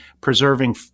preserving